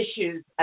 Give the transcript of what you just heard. issues